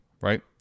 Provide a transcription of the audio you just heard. right